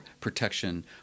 protection